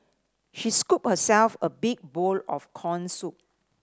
she scooped herself a big bowl of corn soup